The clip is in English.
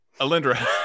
Alindra